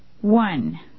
One